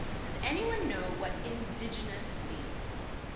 does anyone know what indigenous means?